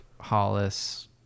hollis